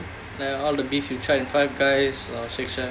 but was it good like all the beef you tried Five Guys or Shake Shack